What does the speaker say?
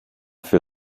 für